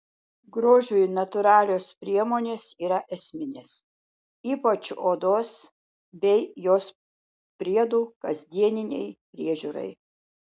grožiui natūralios priemonės yra esminės ypač odos bei jos priedų kasdieninei priežiūrai